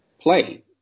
play